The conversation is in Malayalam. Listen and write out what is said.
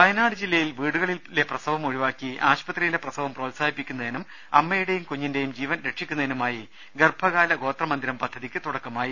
വയനാട് ജില്ലയിൽ വീടുകളിലെ പ്രസവം ഒഴിവാക്കി ആശുപത്രിയിലെ പ്രസവം പ്രോത്സാഹിപ്പിക്കുന്നതിനും അമ്മയുടേയും കുഞ്ഞിന്റേയും ജീവൻ രക്ഷിക്കാനുമായി ഗർഭകാല ഗോത്ര മന്ദിരം പദ്ധതിക്ക് തുടക്ക മായി